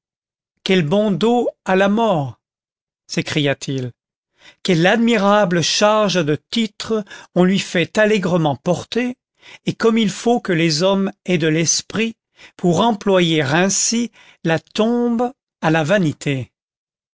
bon dos a la mort s'écria-t-il quelle admirable charge de titres on lui fait allègrement porter et comme il faut que les hommes aient de l'esprit pour employer ainsi la tombe à la vanité